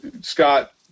Scott